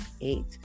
eight